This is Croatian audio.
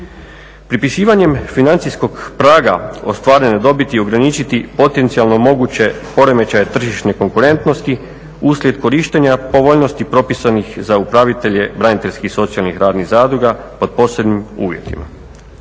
Pripisivanjem financijskog prava o stvaranju dobiti i ograničiti potencijalno moguće poremećaje tržišne konkurentnosti uslijed korištenja povoljnosti propisanih za upravitelje braniteljskih i socijalnih radnih zadruga pod posebnim uvjetima.